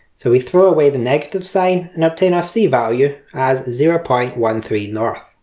so we throw away the negative sign and obtain our c value as zero point one three north.